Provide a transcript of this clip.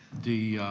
the,